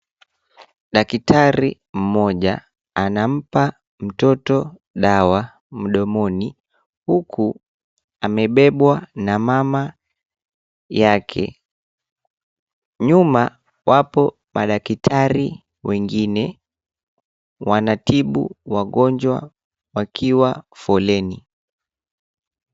Daktari mmoja anampaa mtoto dawa mdomoni huku amebebwa na mama yake. Nyuma wapo madakitari wengine wanawatibu wagonjwa wakiwa kwa foleni.